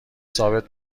ثابت